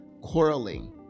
quarreling